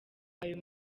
ayo